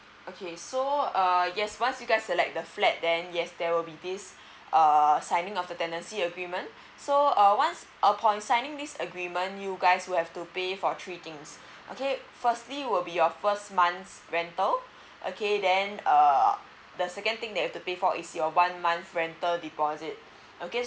okay so uh yes once you guys select the flat then yes there will be this err signing of the tenancy agreement so uh once upon signing this agreement you guys will have to pay for three things okay firstly will be your first months rental okay then uh the second thing they have to pay for is your one month rental deposit okay